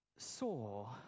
Saw